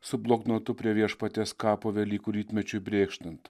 su bloknotu prie viešpaties kapo velykų rytmečiui brėkštant